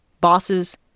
bosses